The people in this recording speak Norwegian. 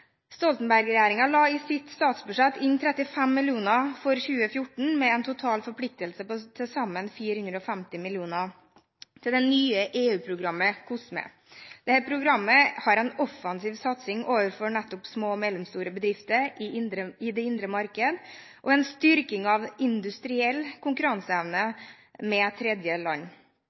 la i sitt statsbudsjett inn 35 mill. kr for 2014 med en total forpliktelse på til sammen 450 mill. kr til det nye EU-programmet COSME. Dette programmet har en offensiv satsing overfor nettopp små og mellomstore bedrifter i det indre marked, og en styrking av industriell konkurranseevne med